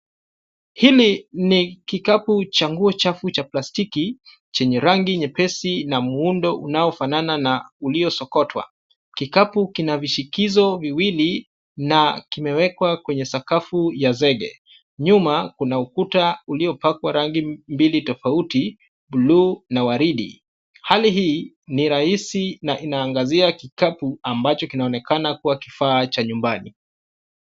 Hili ni kikapu cha nguo chafu cha plastiki, chenye rangi nyepesi na muundo unaofanana na uliosokotwa. Kikapu kina vishikizo viwili, na kimewekwa kwenye sakafu ya zege. Nyuma kuna ukuta uliopakwa rangi mbili tofauti, buluu na waridi. Hali hii ni rahisi na inaangazia kikapu ambacho kinaonekana kuwa kifaa cha nyumbani.